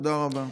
תודה רבה.